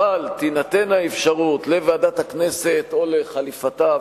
אבל תינתן האפשרות לוועדת הכנסת או לחליפתה,